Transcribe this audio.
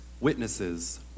witnesses